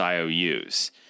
IOUs